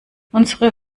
unsere